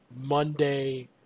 Monday